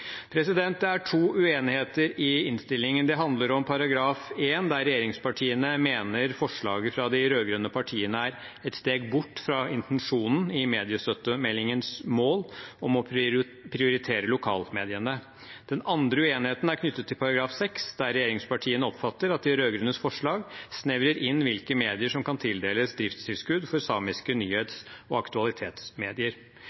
Det er to uenigheter i innstillingen. Det handler om § 1, der regjeringspartiene mener forslaget fra de rød-grønne partiene er et steg bort fra intensjonen i mediestøttemeldingens mål om å prioritere lokalmediene. Den andre uenigheten er knyttet til § 6, der regjeringspartiene oppfatter at de rød-grønnes forslag snevrer inn hvilke medier som kan tildeles driftstilskudd for samiske